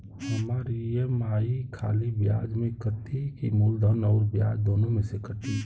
हमार ई.एम.आई खाली ब्याज में कती की मूलधन अउर ब्याज दोनों में से कटी?